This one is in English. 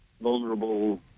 vulnerable